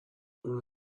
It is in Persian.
اون